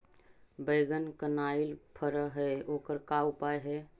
बैगन कनाइल फर है ओकर का उपाय है?